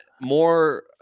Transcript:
more